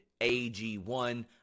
AG1